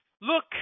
Look